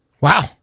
Wow